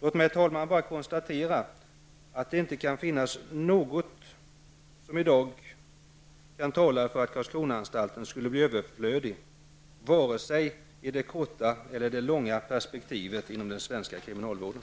Låt mig, herr talman, konstatera att det inte finns något som i dag talar för att Karlskronaanstalten skulle bli överflödig vare sig i det korta eller det långa perspektivet inom den svenska kriminalvården.